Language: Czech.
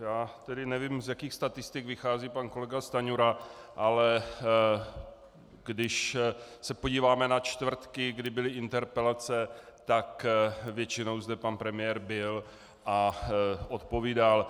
Já tedy nevím, z jakých statistik vychází pan kolega Stanjura, ale když se podíváme na čtvrtky, kdy byly interpelace, tak většinou zde pan premiér byl a odpovídal.